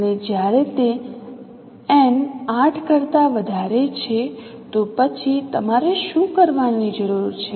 અને જ્યારે તે n 8 કરતા વધારે છે તો પછી તમારે શું કરવાની જરૂર છે